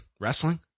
wrestling